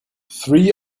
three